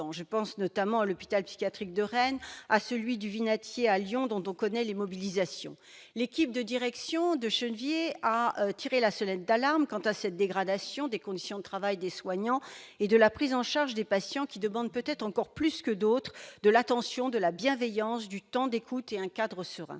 Je pense notamment à l'hôpital psychiatrique de Rennes ou au centre hospitalier Le Vinatier à Lyon, dont on connaît les mobilisations. L'équipe de direction de l'hôpital Albert-Chenevier a tiré la sonnette d'alarme quant à la dégradation des conditions de travail des soignants et de la prise en charge des patients, lesquels demandent peut-être encore plus que d'autres de l'attention, de la bienveillance, du temps d'écoute et un cadre serein.